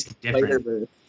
different